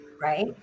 right